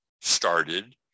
started